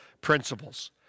principles